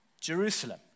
Jerusalem